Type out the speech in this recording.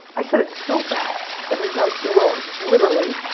i said it so fast, but this is how sue rolls. literally,